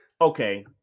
okay